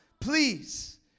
Please